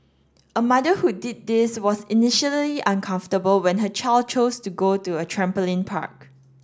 a mother who did this was initially uncomfortable when her child chose to go to a trampoline park